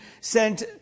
sent